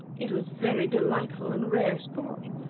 it was very delightful and rare sport,